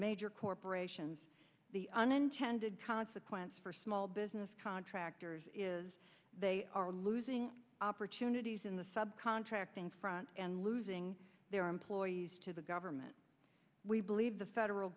major corporations the unintended consequence for small business contractors is they are losing opportunities in the sub contracting front and losing their employees to the government we believe the federal